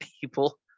people